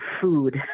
food